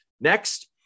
Next